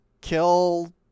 kill